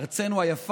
תיכנסי עכשיו.